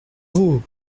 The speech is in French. veau